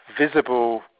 visible